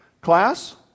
Class